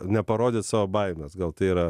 neparodyt savo baimės gal tai yra